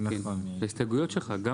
ההסתייגויות שלך.